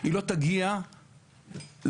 היא לא תגיע לעבירה.